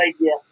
idea